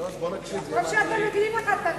טוב שאתם, אחד על השני.